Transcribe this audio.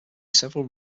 several